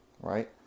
Right